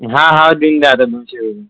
हा हा देऊन द्या आता दोनशे रुपये